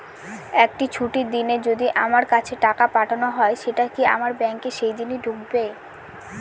একটি ছুটির দিনে যদি আমার কাছে টাকা পাঠানো হয় সেটা কি আমার ব্যাংকে সেইদিন ঢুকবে?